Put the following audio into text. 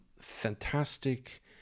Fantastic